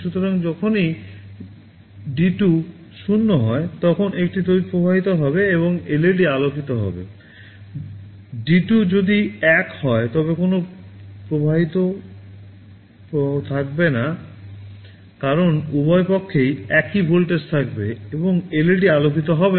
সুতরাং যখনই D 2 0 হয় তখন একটি তড়িৎ প্রবাহিত হবে এবং এলইডি আলোকিত হবে D 2 যদি 1 হয় তবে কোনও প্রবাহিত প্রবাহ থাকবে না কারণ উভয় পক্ষই একই ভোল্টেজে থাকবে এবং LED আলোকিত হবে না